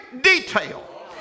detail